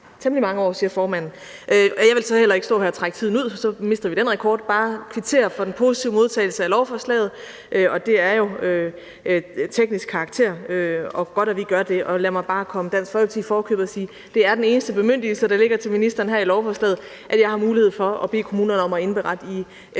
Jeg vil så heller ikke stå her og trække tiden ud, for så mister vi den rekord, men bare kvittere for den positive modtagelse af lovforslaget, som jo er af teknisk karakter. Og det er godt, at vi gør det. Lad mig bare komme Dansk Folkeparti i forkøbet ved at sige, at den eneste bemyndigelse, der ligger til ministeren her i lovforslaget, er, at jeg har mulighed for at bede kommunerne om at indberette i et